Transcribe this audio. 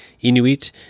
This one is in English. Inuit